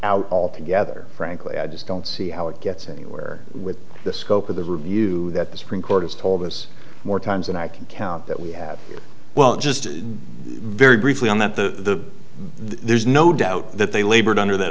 out altogether frankly i just don't see how it gets anywhere with the scope of the review that the supreme court has told us more times than i can count that we have well just very briefly on that the there's no doubt that they labored under that